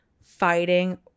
fighting